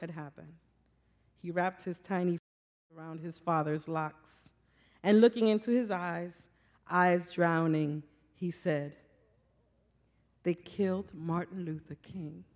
had happened he wrapped his tiny round his father's locks and looking into his eyes eyes drowning he said they killed martin luther king